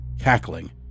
cackling